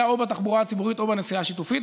בתחבורה הציבורית או בנסיעה השיתופית.